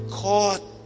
caught